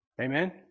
Amen